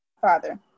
father